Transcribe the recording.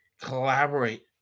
collaborate